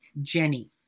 Jenny